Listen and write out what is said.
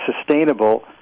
sustainable